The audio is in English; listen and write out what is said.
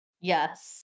yes